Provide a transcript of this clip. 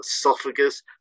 esophagus